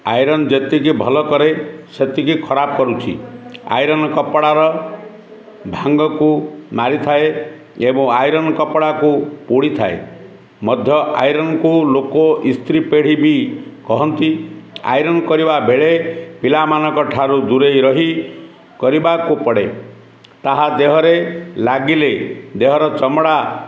iron ଯେତିକି ଭଲ କରେ ସେତିକି ଖରାପ୍ କରୁଛି ଆଇରନ୍ କପଡ଼ାର ଭାଙ୍ଗକୁ ମାରିଥାଏ ଏବଂ ଆଇରନ୍ କପଡ଼ାକୁ ପୋଡ଼ିଥାଏ ମଧ୍ୟ ଆଇରନ୍କୁ ଲୋକ ଇସ୍ଥ୍ରୀପେଢ଼ୀ ବି କହନ୍ତି ଆଇରନ୍ କରିବା ବେଳେ ପିଲାମାନଙ୍କ ଠାରୁ ଦୂରେଇ ରହି କରିବାକୁ ପଡ଼େ ତାହା ଦେହରେ ଲାଗିଲେ ଦେହର ଚମଡ଼ା